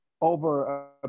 over